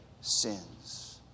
sins